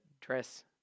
dress